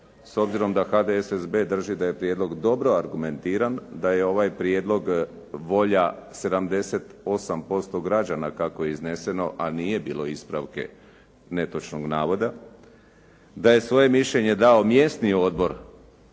S obzirom da HDSSB drži da je prijedlog dobro argumentiran, da je ovaj prijedlog volja 78% građana kako je izneseno, a nije bilo ispravke netočnog navoda, da je svoje mišljenje dao mjesni Odbor,